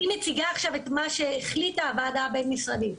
אני מציגה עכשיו את מה שהחליטה הוועדה בין-משרדית,